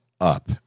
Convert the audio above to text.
up